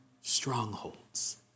strongholds